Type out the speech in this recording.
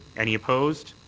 any opposed?